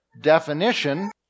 definition